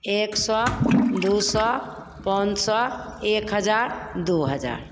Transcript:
एक सौ दो सौ पाँच सौ एक हज़ार दो हज़ार